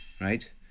Right